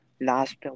last